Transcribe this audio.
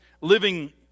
living